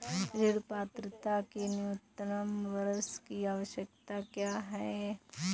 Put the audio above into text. ऋण पात्रता के लिए न्यूनतम वर्ष की आवश्यकता क्या है?